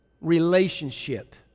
relationship